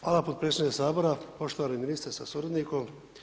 Hvala potpredsjedniče Sabora, poštovani ministre sa suradnikom.